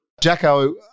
Jacko